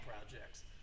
projects